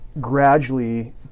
gradually